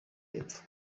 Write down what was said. y’epfo